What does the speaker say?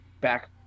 back